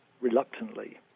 reluctantly